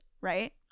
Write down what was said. right